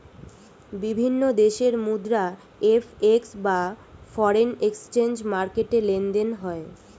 বিভিন্ন দেশের মুদ্রা এফ.এক্স বা ফরেন এক্সচেঞ্জ মার্কেটে লেনদেন হয়